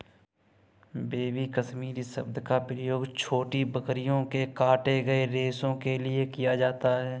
baby Kashmiri शब्द का प्रयोग छोटी बकरियों के काटे गए रेशो के लिए किया जाता है